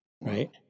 right